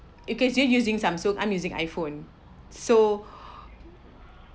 necause you're using Samsung I'm using iPhone so